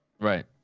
Right